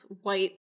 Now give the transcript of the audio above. white